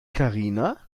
karina